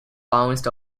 bounced